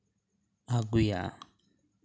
ᱟᱜᱩᱭᱟ